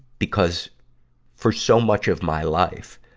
because for so much of my life,